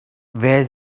wer